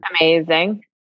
Amazing